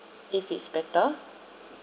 if it's better